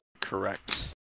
Correct